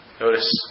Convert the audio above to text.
Notice